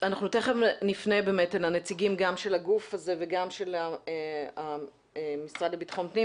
אנחנו תיכף נפנה לנציגים גם של הגוף הזה וגם של המשרד לבטחון פנים,